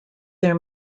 their